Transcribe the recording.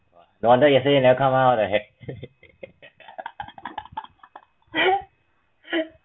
no wonder yesterday you never come ah what the heck